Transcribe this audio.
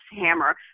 hammer